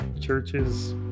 churches